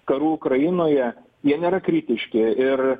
karu ukrainoje jie nėra kritiški ir